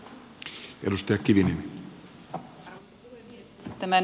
arvoisa puhemies